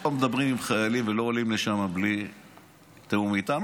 לא מדברים עם חיילים ולא עולים לשם בלי תיאום איתנו,